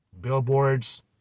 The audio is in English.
billboards